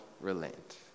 relent